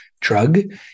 drug